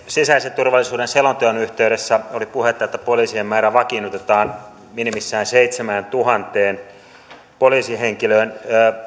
sisäisen turvallisuuden selonteon yhteydessä oli puhetta että poliisien määrä vakiinnutetaan minimissään seitsemääntuhanteen poliisihenkilöön